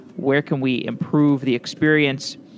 where can we improve the experience?